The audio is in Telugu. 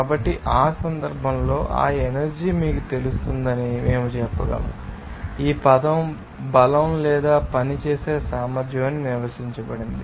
కాబట్టి ఆ సందర్భంలో ఆ ఎనర్జీ మీకు తెలుస్తుందని మేము చెప్పగలం ఈ పదం బలం లేదా పని చేసే సామర్థ్యం అని నిర్వచించబడింది